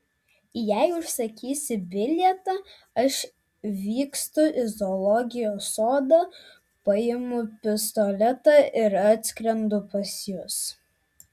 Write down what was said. jei užsakysi bilietą aš vykstu į zoologijos sodą paimu pistoletą ir atskrendu pas jus